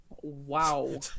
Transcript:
Wow